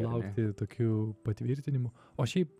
laukti tokių patvirtinimų o šiaip